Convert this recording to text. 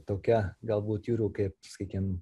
tokia galbūt jūrų kaip sakykim